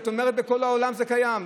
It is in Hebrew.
את אומרת: בכל העולם זה קיים.